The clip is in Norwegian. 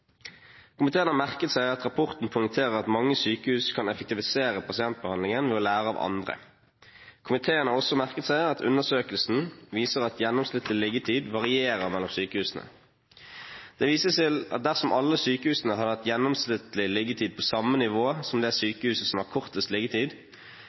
Komiteen har merket seg at rapporten poengterer at mange sykehus kan effektivisere pasientbehandlingen ved å lære av andre. Komiteen har også merket seg at undersøkelsen viser at gjennomsnittlig liggetid varierer mellom sykehusene. Det vises til at dersom alle sykehusene hadde hatt gjennomsnittlig liggetid på samme nivå som det